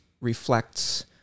reflects